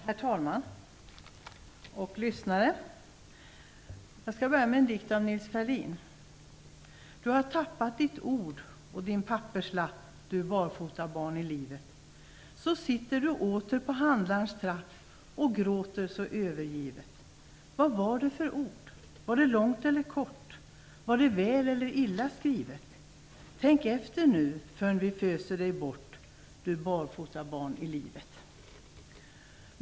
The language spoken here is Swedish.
Herr talman! Lyssnare! Jag skall inleda med en dikt av Nils Ferlin. "Du har tappat ditt ord och din papperslapp, Så sitter du åter på handlarns trapp och gråter så övergivet. Vad var det för ord - var det långt eller kort, var det väl eller illa skrivet? Tänk efter nu - förrn vi föser dej bort, du barfotabarn i livet."